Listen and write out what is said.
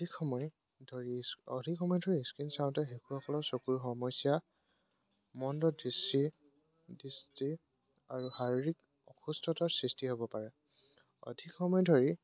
অধিক সময় ধৰি অধিক সময় ধৰি স্ক্ৰীণ চাওতে শিশুসকলৰ চকুৰ সমস্যা মনটো দৃষ্টি আৰু শাৰীৰিক অসুস্থতাৰ সৃষ্টি হ'ব পাৰে অধিক সময় ধৰি